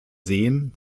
seen